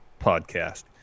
podcast